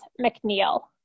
McNeil